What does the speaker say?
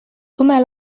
tume